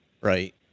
right